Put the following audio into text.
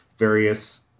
Various